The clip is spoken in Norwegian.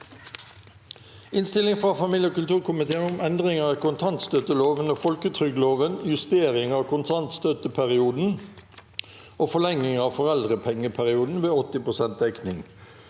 Innstilling fra familie- og kulturkomiteen om Endringer i kontantstøtteloven og folketrygdloven (justering av kontantstøtteperioden og forlenging av foreldrepengeperioden ved 80 prosent dekning)